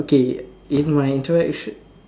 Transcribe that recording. okay in my interaction